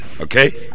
Okay